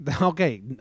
Okay